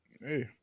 Hey